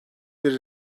bir